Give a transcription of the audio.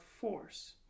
force